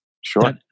Sure